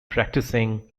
practicing